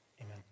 Amen